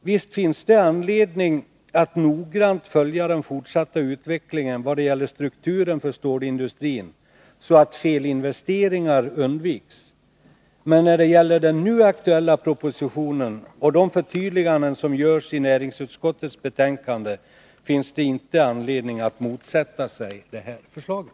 Visst finns det anledning att noggrant följa den fortsatta utvecklingen vad gäller strukturen för stålindustrin så att felinvesteringar undviks, men när det gäller den nu aktuella propositionen och de förtydliganden som görs i näringsutskottets betänkande finns det inte anledning att motsätta sig förslaget.